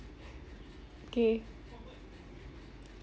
K